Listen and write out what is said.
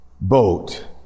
boat